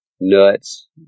nuts